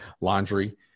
laundry